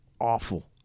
awful